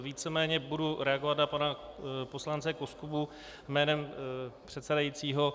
Víceméně budu reagovat na pana poslance Koskubu jménem předsedajícího.